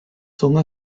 sont